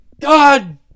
God